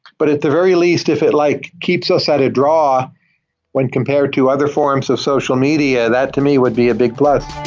but at the very least, if it like keeps us at a draw when compared to other forms of social media, that to me would be a big plus.